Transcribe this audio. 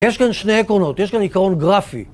יש כאן שני עקרונות, יש כאן עיקרון גרפי.